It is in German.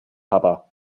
papa